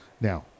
Now